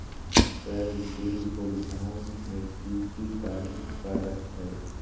Sir bill भुगतान में की की कार्य पर हहै?